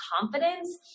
confidence